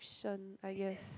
~cription I guess